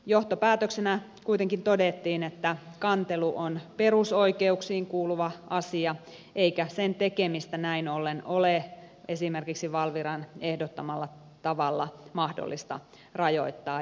johtopäätöksenä kuitenkin todettiin että kantelu on perusoikeuksiin kuuluva asia eikä sen tekemistä näin ollen ole esimerkiksi valviran ehdottamalla tavalla mahdollista rajoittaa